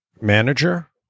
manager